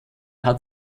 hat